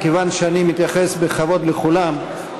מכיוון שאני מתייחס בכבוד לכולם,